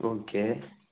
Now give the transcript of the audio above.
okay